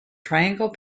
triangle